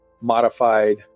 modified